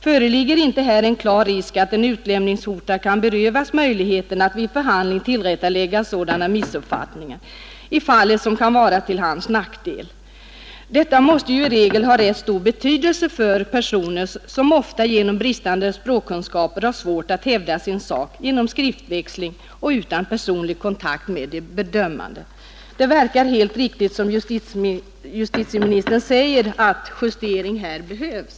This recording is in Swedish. Föreligger inte här en klar risk att utlämningshotad kan berövas möjligheten att vid förhandling tillrättalägga sådana missuppfattningar i fallet som kan vara till hans nackdel? Bör inte förhandling i princip alltid hållas och den hotade få tillfälle att personligen träda inför sina domare? Detta måste ju i regel ha rätt stor betydelse för personer som ofta genom bristande språkkunskaper har svårt hävda sin sak genom skriftväxling och utan personlig kontakt med de dömande. Det verkar helt riktigt som justitieministern säger att justering här behövs.